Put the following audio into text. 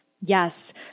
Yes